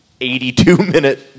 82-minute